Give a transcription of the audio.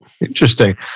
Interesting